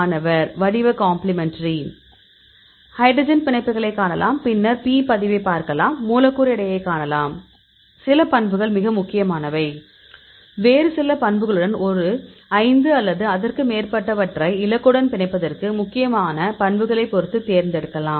மாணவர் வடிவ complementary hydrogen பிணைப்புகளைக் காணலாம் பின்னர் P பதிவைப் பார்க்கலாம் மூலக்கூறு எடையைக் காணலாம் சில பண்புகள் மிக முக்கியமானவை வேறு சில பண்புகளுடன் ஒரு ஐந்து அல்லது அதற்கு மேற்பட்டவற்றை இலக்குடன் பிணைப்பதற்கு முக்கியமான பண்புகளைப் பொறுத்து தேர்ந்தெடுக்கலாம்